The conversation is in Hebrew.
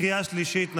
קריאה שלישית.